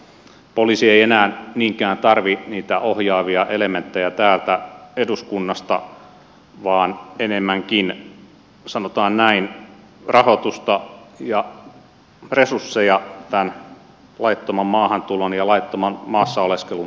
poliisi ei enää niinkään tarvitse niitä ohjaavia elementtejä täältä eduskunnasta vaan enemmänkin sanotaan näin rahoitusta ja resursseja tämän laittoman maahantulon ja laittoman maassa oleskelun torjuntaan